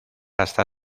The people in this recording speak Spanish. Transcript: hasta